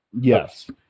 Yes